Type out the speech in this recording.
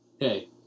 Hey